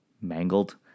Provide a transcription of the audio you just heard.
mangled